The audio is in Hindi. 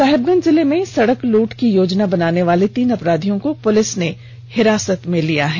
साहिबगंज जिले में सड़क लूट की योजना बनाने वाले तीन अपराधियों को पुलिस ने हिरासत में लिया है